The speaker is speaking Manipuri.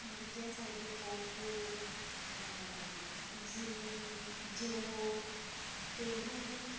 ꯕꯤ ꯇꯤ ꯑꯦꯁ ꯍꯥꯏꯔꯗꯤ ꯒꯣꯡꯀꯨ ꯖꯤꯅꯤꯝ ꯖꯦꯍꯣꯛ ꯇꯦꯍꯨꯡ